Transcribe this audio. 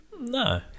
No